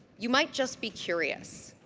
you might just be curious.